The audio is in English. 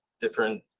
different